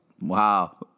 Wow